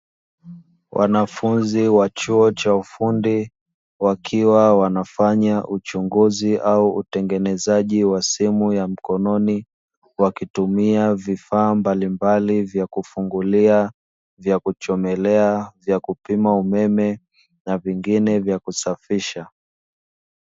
wanafunzi wa chuo cha ufundi wakiwa wanafanya uchunguzi au utengenezaji wa simu ya mkononi, wakitumia vifaa mbalimbali vya kufungulia, vya kuchomelea, vya kupima umeme na vingine vya kusafisha.